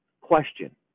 question